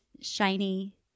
shiny